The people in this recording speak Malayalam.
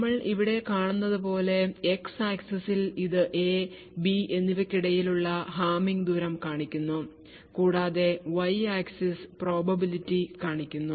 നമ്മൾ ഇവിടെ കാണുന്നതുപോലെ എക്സ് ആക്സിസിൽ ഇത് എ ബി എന്നിവയ്ക്കിടയിലുള്ള ഹാമിംഗ് ദൂരം കാണിക്കുന്നു കൂടാതെ Y ആക്സിസ് probability കാണിക്കുന്നു